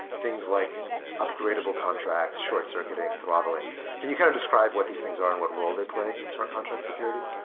things like upgradable contracts, short-circuiting, throttling. can you kind of describe what these things are and what role they play in smart contract security?